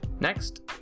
Next